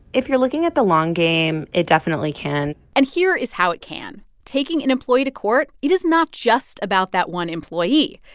if you're looking at the long game, it definitely can and here is how it can. taking an employee to court, it is not just about that one employee.